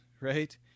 right